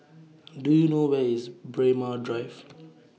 Do YOU know Where IS Braemar Drive